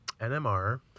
NMR